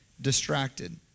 distracted